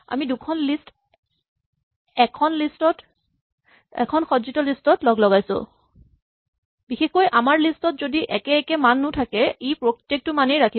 আমি দুখন লিষ্ট এখন সজ্জিত লিষ্ট ত লগলগাইছো বিশেষকৈ আমাৰ লিষ্ট ত যদি একে একে মানো থাকে ই প্ৰত্যেকটো মানেই ৰাখিব